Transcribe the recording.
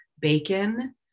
bacon